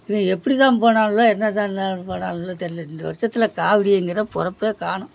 இது எப்படி தான் போனாங்களோ என்ன தான்னு போனாங்களோ தெரில இந்த வருஷத்தில் காவடியேங்கிற பிறப்பே காணும்